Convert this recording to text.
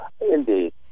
Indeed